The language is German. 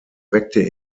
weckte